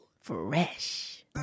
fresh